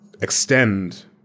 extend